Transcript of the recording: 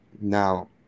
Now